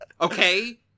Okay